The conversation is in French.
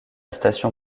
station